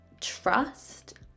trust